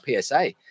PSA